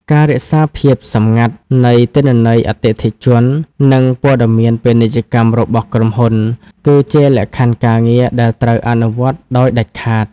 ការរក្សាភាពសម្ងាត់នៃទិន្នន័យអតិថិជន និងព័ត៌មានពាណិជ្ជកម្មរបស់ក្រុមហ៊ុន គឺជាលក្ខខណ្ឌការងារដែលត្រូវអនុវត្តដោយដាច់ខាត។